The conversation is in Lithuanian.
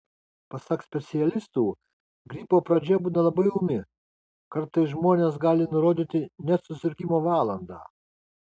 pasak specialistų gripo pradžia būna labai ūmi kartais žmonės gali nurodyti net susirgimo valandą